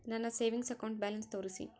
ನನ್ನ savings account balance ತೋರಿಸಿ?